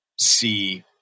see